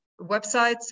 websites